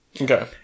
Okay